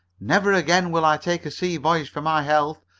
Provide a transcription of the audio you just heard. never again will i take a sea voyage for my health.